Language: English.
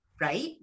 right